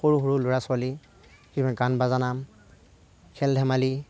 সৰু সৰু ল'ৰা ছোৱালী গান বাজানা খেল ধেমালি